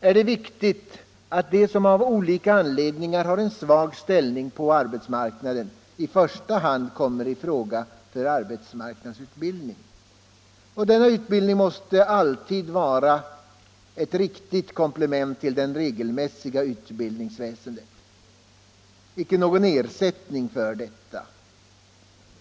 är det viktigt att de som av olika anledningar har en svag ställning på arbetsmarknaden i första hand kommer i fråga för arbetsmarknadsutbildning, och denna utbildning måste alltid vara ett riktigt komplement till det regelmässiga utbildningsväsendet — icke någon ersättning för detta.